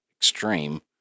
extreme